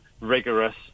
rigorous